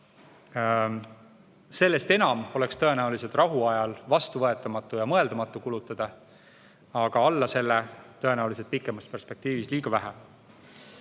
Sellest enam oleks tõenäoliselt rahuajal vastuvõetamatu ja mõeldamatu kulutada, aga alla selle on pikemas perspektiivis liiga vähe.